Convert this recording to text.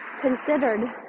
considered